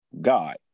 God